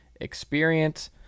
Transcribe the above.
experience